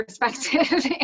perspective